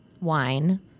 Wine